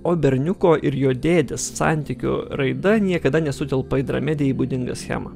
o berniuko ir jo dėdės santykių raida niekada nesutelpa į dramedijai būdingą schemą